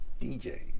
DJ